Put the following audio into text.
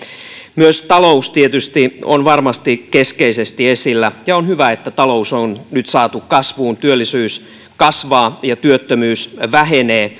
myös talous tietysti on varmasti keskeisesti esillä ja on hyvä että talous on nyt saatu kasvuun työllisyys kasvaa ja työttömyys vähenee